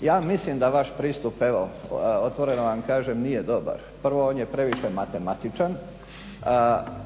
Ja mislim da vaš pristup evo otvoreno vam kažem nije dobar. Prvo, on je previše matematičan